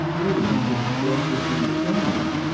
owing to the scarcity of game,